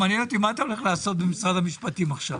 מעניין אותי מה אתה הולך לעשות במשרד המשפטים עכשיו.